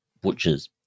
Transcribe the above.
butchers